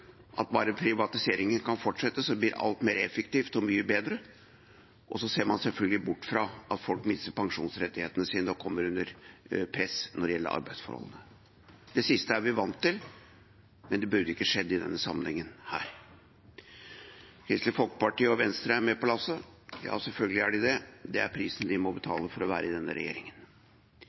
at bare privatiseringen kan fortsette, blir alt mer effektivt og mye bedre. Og så ser man selvfølgelig bort fra at folk mister pensjonsrettighetene sine og kommer under press når det gjelder arbeidsforhold. Det siste er vi vant til, men det burde ikke skjedd i denne sammenhengen. Kristelig Folkeparti og Venstre er med på lasset. Ja, selvfølgelig er de det. Det er prisen de må betale for å være i denne regjeringen.